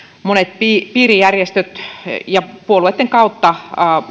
monet piirijärjestöt ja puolueitten kautta